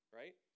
right